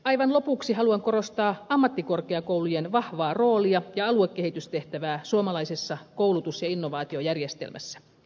aivan lopuksi haluan korostaa ammattikorkeakoulujen vahvaa roolia ja aluekehitystehtävää suomalaisessa koulutus ja innovaatiojärjestelmässä